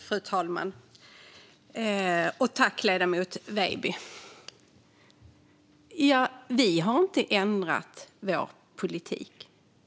Fru talman! Jag tackar ledamoten Weidby! Vi har inte ändrat vår politik.